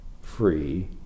free